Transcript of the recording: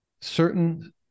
certain